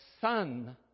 Son